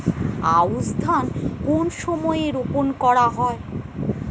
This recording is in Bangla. আউশ ধান কোন সময়ে রোপন করা হয়?